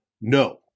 No